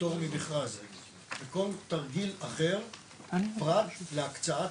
לפטור ממכרז או כל תרגיל אחר פרט להקצאת